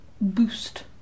boost